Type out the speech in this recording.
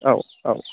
औ औ